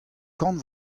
kant